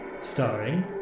starring